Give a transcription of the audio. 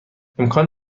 امکان